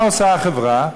מה עושה החברה?